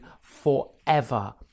forever